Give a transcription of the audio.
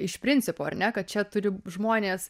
iš principo ar ne kad čia turi žmonės